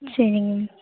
சரிங்க